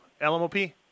LMOP